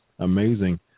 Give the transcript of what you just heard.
Amazing